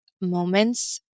moments